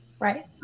Right